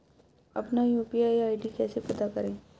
अपना UPI ID कैसे पता करें?